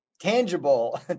tangible